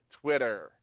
Twitter